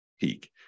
peak